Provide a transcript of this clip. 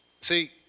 see